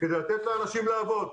כדי לתת לאנשים לעבוד.